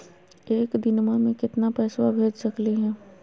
एक दिनवा मे केतना पैसवा भेज सकली हे?